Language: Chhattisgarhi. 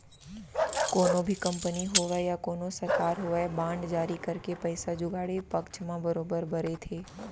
कोनो भी कंपनी होवय या कोनो सरकार होवय बांड जारी करके पइसा जुगाड़े पक्छ म बरोबर बरे थे